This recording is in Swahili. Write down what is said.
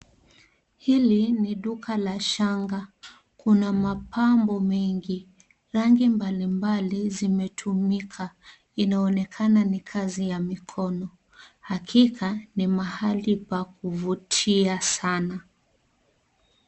Hili ni duka la shanga. Kuna mapambo mengi. Rangi mbalimbali zimetumika. Inaonekana ni kazi ya mikono. Hakika, ni mahali pa kuvutia sana.